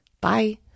Bye